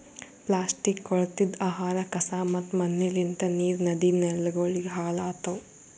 plastic, ಕೊಳತಿದ್ ಆಹಾರ, ಕಸಾ ಮತ್ತ ಮಣ್ಣಲಿಂತ್ ನೀರ್, ನದಿ, ನೆಲಗೊಳ್ ಹಾಳ್ ಆತವ್